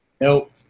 Nope